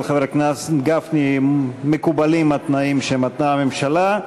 חבר הכנסת גפני מקובלים התנאים שמתנה הממשלה,